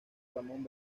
ramón